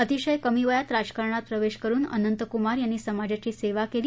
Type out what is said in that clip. अतिशय कमी वयात राजकारणात प्रवेश करुन अनंतकुमार यांनी समाजाची सेवा केली